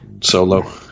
Solo